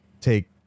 take